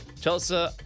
Chelsea